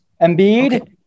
Embiid